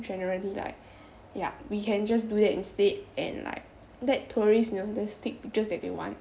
generally like ya we can just do that instead and like let tourist you know just take pictures that they want